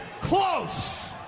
close